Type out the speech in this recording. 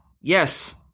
Yes